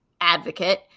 advocate